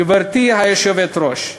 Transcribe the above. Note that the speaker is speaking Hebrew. גברתי היושבת-ראש,